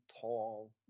tall